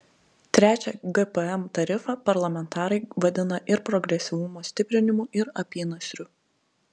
trečią gpm tarifą parlamentarai vadina ir progresyvumo stiprinimu ir apynasriu